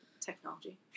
technology